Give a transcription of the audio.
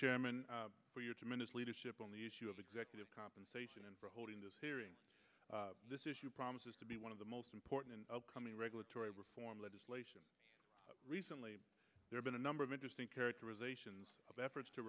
chairman for your tremendous leadership on the issue of executive compensation and for holding this hearing this issue promises to be one of the most important and upcoming regulatory reform legislation recently there's been a number of interesting characterizations of efforts to